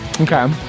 Okay